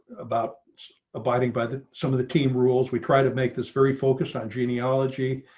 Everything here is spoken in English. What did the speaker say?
about abiding by the some of the team rules. we try to make this very focused on genealogy.